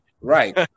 Right